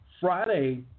Friday